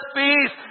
peace